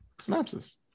synopsis